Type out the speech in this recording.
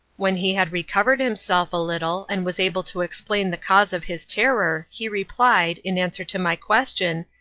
when he had recovered himself a little, and was able to explain the cause of his terror, he replied, in answer to my question,